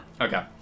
Okay